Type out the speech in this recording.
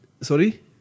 sorry